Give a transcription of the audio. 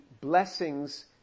blessings